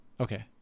Okay